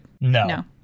No